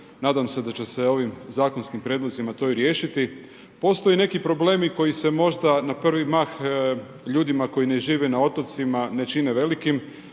nadam se da će se ovim zakonski prijedlozima to i riješiti. Postoji neke problemi, koji se možda, na prvi mah, ljudima koji ne žive na otocima ne čine velikim.